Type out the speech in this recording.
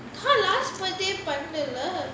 !huh! last birthday பண்ணல:pannala leh